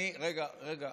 רגע, רגע.